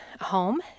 home